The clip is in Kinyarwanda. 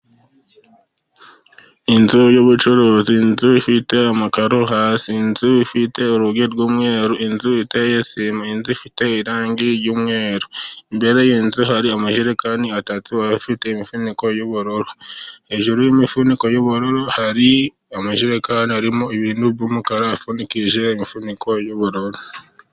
Inzu y'ubucuruzi, inzu ifite amakaro hasi, inzu ifite urugi rw'umweru, inzu iteye sima, inzu ifite irangi ry'umweru, imbere y'inzu hari amajerekani atatu afite imifuniko y'ubururu. Hejuru y'imifuniko y'ubururu hari amajerekani arimo ibintu by'umukara, apfundikije imifuniko y'ubururu.